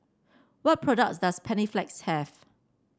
what products does Panaflex have